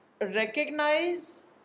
recognize